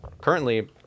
currently